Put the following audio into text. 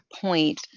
point